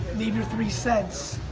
leave your three cents.